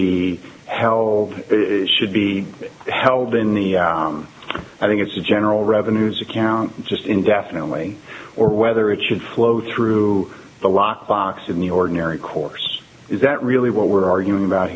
be held should be held in the i think it's a general revenues account just indefinitely or whether it should flow through the lockbox in the ordinary course is that really what we're arguing about